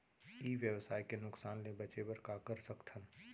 ई व्यवसाय के नुक़सान ले बचे बर का कर सकथन?